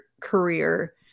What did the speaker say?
career